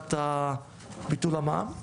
בסוגיית ביטול המע"מ?